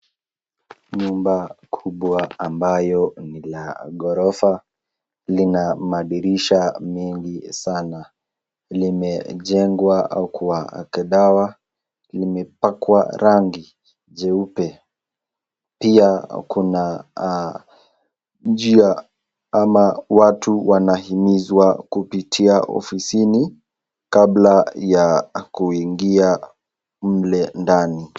Nyumba kubwa ambayo ni la ghorofa. Lina madirisha mengi sana. Iimejengwa kwa akidawa. Limepakwa rangi jeupe. Pia kuna njia ama watu wanahimizwa kupitia ofisini kabla ya kuingia mle ndani.